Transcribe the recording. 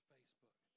Facebook